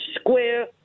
square